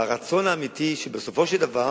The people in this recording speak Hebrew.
והרצון האמיתי שבסופו של דבר,